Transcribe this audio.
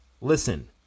listen